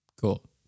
Cool